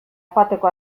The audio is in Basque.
joateko